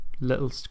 little